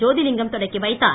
ஜோதிலிங்கம் தொடக்கி வைத்தார்